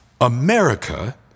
America